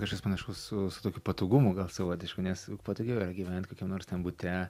kažkas panašus su su tokiu patogumu gal savotišku nes patogiau yra gyvent kokiam nors ten bute